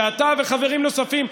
שאתה וחברים נוספים,